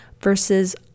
versus